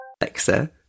Alexa